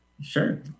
Sure